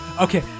Okay